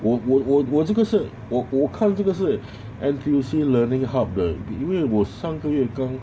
我我我我这个是我我看这个是 N_T_U_C learning hub 的因为我上个月刚